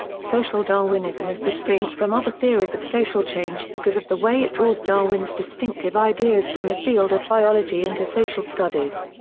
social darwinism is distinct from other theories of social change because of the way it draws darwin's distinctive ideas from the field of biology into social studies.